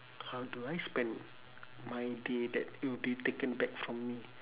how do I spend my day that it will be taken back from me